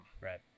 Right